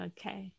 Okay